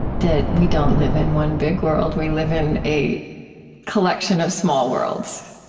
that we don't live in one big world. we live in a collection of small worlds.